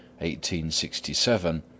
1867